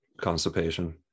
constipation